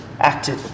acted